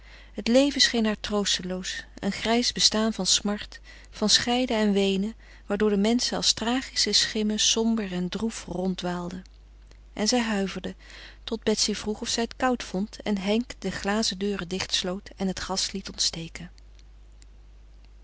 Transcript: het leven scheen haar troosteloos een grijs bestaan van smart van scheiden en weenen waardoor de menschen als tragische schimmen somber en droef ronddwaalden en zij huiverde tot betsy vroeg of zij het koud vond en henk de glazen deuren dichtsloot en het gas liet ontsteken